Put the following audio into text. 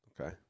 Okay